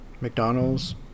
McDonald's